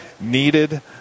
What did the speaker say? needed